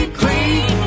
clean